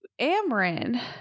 Amarin